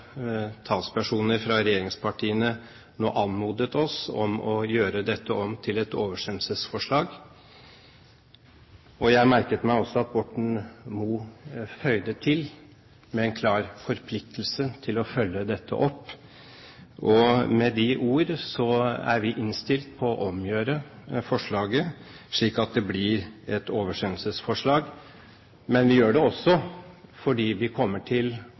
talspersoner fra regjeringspartiene anmodet oss om å gjøre forslaget om til et oversendelsesforslag. Jeg merket meg at Borten Moe føyde til en klar forpliktelse til å følge dette opp. Med disse ord er vi innstilt på å omgjøre forslaget til et oversendelsesforslag. Vi gjør det også fordi vi kommer til